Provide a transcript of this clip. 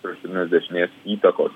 kraštutinės dešinės įtakos